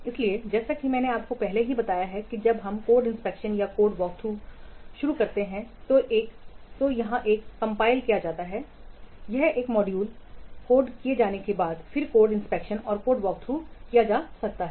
इसलिए जैसा कि मैंने आपको पहले ही बताया है कि जब यह कोड इंस्पेक्शन या कोड वॉकथ्रू शुरू हो सकता है तो यह क्या संकलित किया जाता है एक मॉड्यूल कोड किए जाने के बाद फिर कोड इंस्पेक्शन और कोड वॉकथ्रू किया जा सकता है